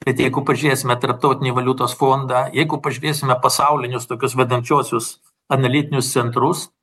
bet jeigu pažiūrėsime tarptautinį valiutos fondą jeigu pažiūrėsime pasaulinius tokius vedančiuosius analitinius centrus